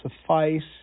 suffice